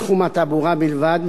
בתחום התעבורה בלבד,